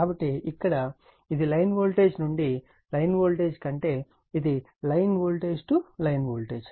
కాబట్టి ఇక్కడ ఇది లైన్ వోల్టేజ్ నుండి లైన్ వోల్టేజ్ కి అంటే ఇది line voltage to line voltage